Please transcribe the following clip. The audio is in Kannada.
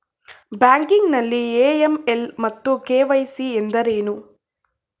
ಬ್ಯಾಂಕಿಂಗ್ ನಲ್ಲಿ ಎ.ಎಂ.ಎಲ್ ಮತ್ತು ಕೆ.ವೈ.ಸಿ ಎಂದರೇನು?